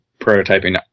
prototyping